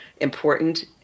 important